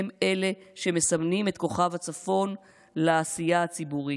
הם שמסמנים את כוכב הצפון לעשייה הציבורית.